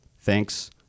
Thanks